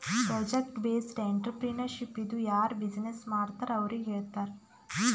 project based entrepreneurship ಇದು ಯಾರು business ಮಾಡ್ತಾರ್ ಅವ್ರಿಗ ಹೇಳ್ತಾರ್